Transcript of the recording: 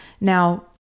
Now